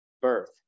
Birth